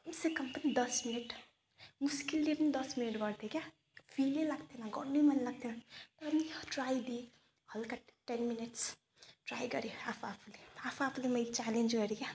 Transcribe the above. कम से कम पनि दस मिनट मुस्किलले पनि दस मिनट गर्थेँ क्या फिल नै लाग्थेन गर्नै मन लाग्थेन अनि ट्राई लिएँ हलका टेन मिनेट्स ट्राई गरेँ आफू आफूले आफू आफूलाई मैले च्यालेन्ज गरेँ क्या